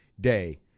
day